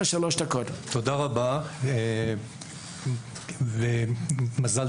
יש לנו כוונות ויש לנו אנשים מוכשרים